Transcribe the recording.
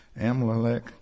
Amalek